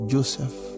Joseph